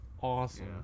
awesome